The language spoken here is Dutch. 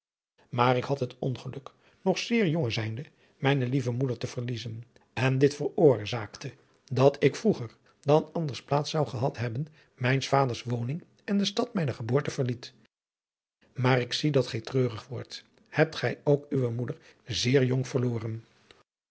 maar ik had het ongeluk nog zeer jong zijnde mijne lieve moeder te verliezen en dit veroorzaakte dat ik vroeger dan anders plaats zou gehad hebben mijns vaders woning en de stad mijner geboorte verliet maar ik zie dat gij treurig wordt hebt gij ook uwe moeder zeer jong verloren